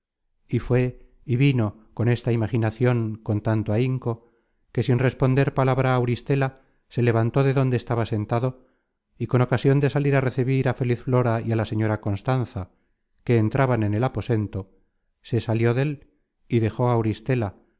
y fué y vino con esta imaginacion con tanto ahinco que sin responder palabra á auristela se levantó de donde estaba sentado y con ocasion de salir á recebir á feliz flora y á la señora constanza que entraban en el aposento se salió dél y dejó á auristela no